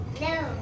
No